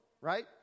right